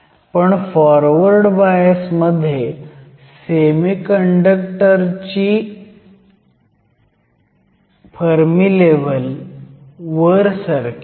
पण forward bias मध्ये semiconductor ची फर्मी लेव्हल वर सरकेल